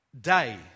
day